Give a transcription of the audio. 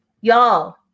y'all